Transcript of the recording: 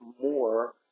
more